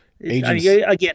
Again